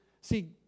see